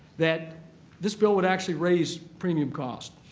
that this bill would actually raise premium costs.